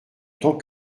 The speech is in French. temps